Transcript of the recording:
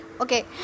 okay